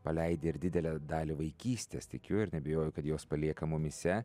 paleidi ir didelę dalį vaikystės tikiu ir neabejoju kad jos palieka mumyse